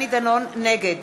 נגד